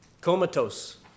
comatose